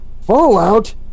Fallout